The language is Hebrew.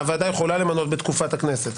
הוועדה יכולה למנות בתקופת הכנסת.